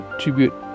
tribute